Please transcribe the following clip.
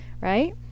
right